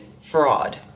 fraud